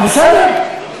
בסדר.